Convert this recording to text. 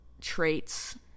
traits